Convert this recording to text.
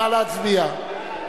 נא להצביע.